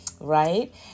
Right